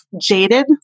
jaded